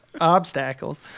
Obstacles